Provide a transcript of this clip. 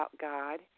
God